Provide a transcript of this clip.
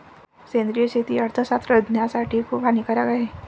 सेंद्रिय शेती अर्थशास्त्रज्ञासाठी खूप हानिकारक आहे